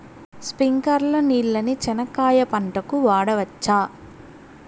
స్ప్రింక్లర్లు నీళ్ళని చెనక్కాయ పంట కు వాడవచ్చా?